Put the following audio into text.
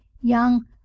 Young